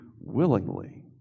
willingly